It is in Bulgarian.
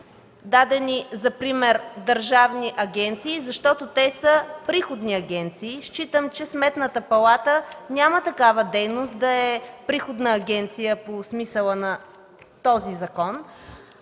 дадени за пример държавни агенции, защото те са приходни. Считам, че Сметната палата няма такава дейност – да е приходна агенция по смисъла на този закон.